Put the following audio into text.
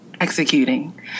Executing